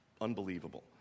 unbelievable